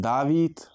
David